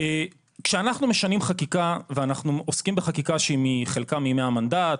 כשאנחנו משנים חקיקה ואנחנו עוסקים בחקיקה שהיא מחלקה מימי המנדט,